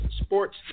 sports